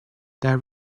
there